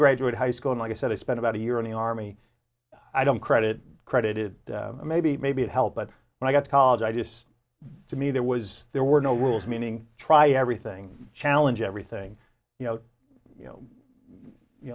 graduate high school and like i said i spent about a year in the army i don't credit credit it maybe maybe it helped but when i got to college i just to me there was there were no rules meaning try everything challenge everything you know you